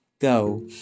go